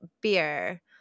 beer—